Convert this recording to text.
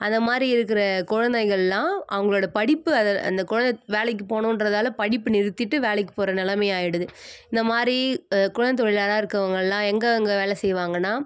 அந்தமாதிரி இருக்கிற குழந்தைகள்லாம் அவங்களோட படிப்பு அது அந்த கொழந்த வேலைக்கு போகணுன்றதால படிப்பு நிறுத்திவிட்டு வேலைக்கு போகிற நிலமையாயிடுது இந்த மாதிரி குழந்தை தொழிலாளராக இருக்கறவங்கள்லாம் எங்கெங்க வேலை செய்வாங்கன்னா